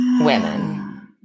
women